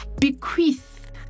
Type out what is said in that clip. bequeath